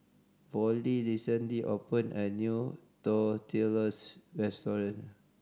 Vollie recently opened a new Tortillas Restaurant